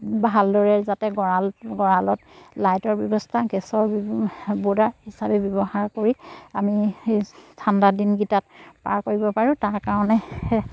ভালদৰে যাতে গঁৰাল গঁৰালত লাইটৰ ব্যৱস্থা গেছৰ ব'ৰ্ডাৰ হিচাপে ব্যৱহাৰ কৰি আমি সেই ঠাণ্ডা দিনকেইটাত পাৰ কৰিব পাৰোঁ তাৰ কাৰণেহে